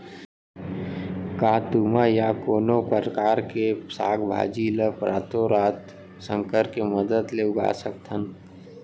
का तुमा या कोनो परकार के साग भाजी ला रातोरात संकर के मदद ले उगा सकथन?